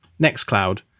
Nextcloud